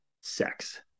sex